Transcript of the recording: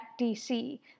DC